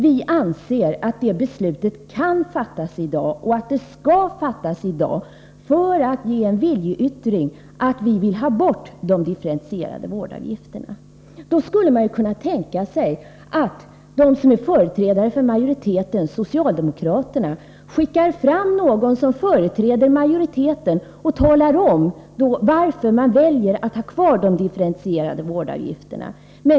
Vi anser att det beslutet kan fattas i dag och att det skall fattas i dag för att vi därmed skall ge till känna en viljeyttring att vi vill ha bort dessa avgifter. Man kunde ju tänka sig att de som är företrädare för majoriteten, socialdemokraterna, skickade fram någon som företrädde majoriteten och talade om varför man väljer att ha kvar dessa avgifter.